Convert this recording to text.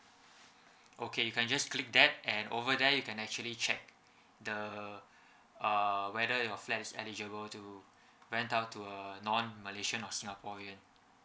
okay you can just click that and over there you can actually check the uh whether your flat is eligible to rent out to a non malaysian or singaporean